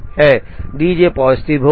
D j positive होगा